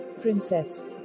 Princess